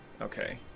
Okay